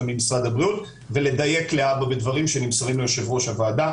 ממשרד הבריאות ולדייק להבא בדברים שנמסרים ליושב-ראש הוועדה.